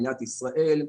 מדינת ישראל,